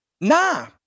Nah